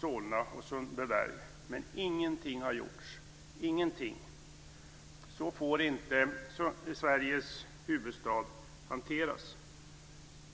Solna och Sundbyberg, men ingenting har gjorts. Ingenting. Så får inte Sveriges huvudstad hanteras.